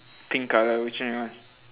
pink colour which one you want